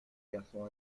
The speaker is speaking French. garçon